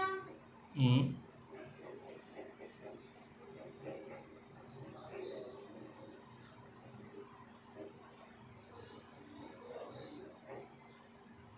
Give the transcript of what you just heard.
mm